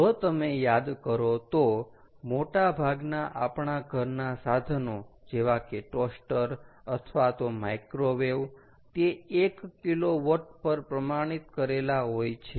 જો તમે યાદ કરો તો મોટા ભાગના આપણા ઘરના સાધનો જેવા કે ટોસ્ટર અથવા તો માઇક્રોવેવ તે 1 kW પર પ્રમાણિત કરેલા હોય છે